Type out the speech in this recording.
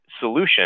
solution